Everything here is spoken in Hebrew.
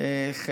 היא קצרה.